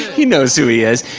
he knows who he is.